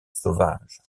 sauvage